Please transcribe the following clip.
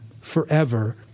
forever